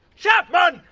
chapman!